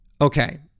Okay